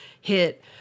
hit